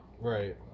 Right